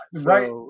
Right